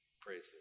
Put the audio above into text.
Praise